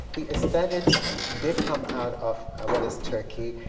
the esthetics did come out of what is turkey.